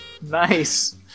Nice